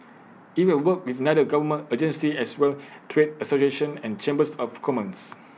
IT will work with other government agencies as well trade associations and chambers of commerce